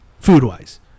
food-wise